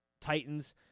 Titans